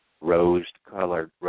rose-colored